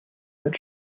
that